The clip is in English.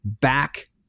back